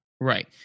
right